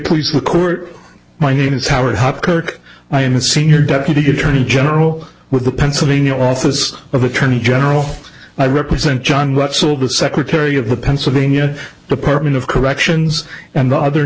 please the court my name is howard hopkirk i am a senior deputy attorney general with the pennsylvania office of attorney general i represent john what's all the secretary of the pennsylvania department of corrections and othe